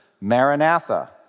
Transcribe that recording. Maranatha